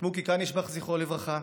את מוקי קנישבך, זכרו לברכה,